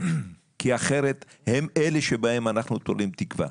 כי הם אלה שבהם אנחנו תולים תקווה.